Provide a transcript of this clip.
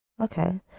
Okay